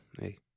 hey